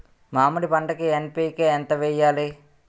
మామిడి పంటకి ఎన్.పీ.కే ఎంత వెయ్యాలి?